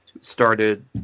started